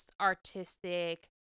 artistic